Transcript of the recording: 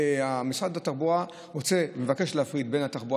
משרד התחבורה מבקש להפריד בין התחבורה